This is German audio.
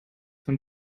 von